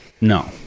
No